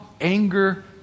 Anger